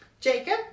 Jacob